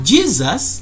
Jesus